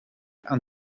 and